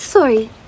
Sorry